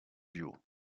duo